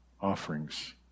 offerings